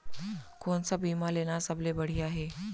कोन स बीमा लेना सबले बढ़िया हे?